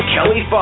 Kelly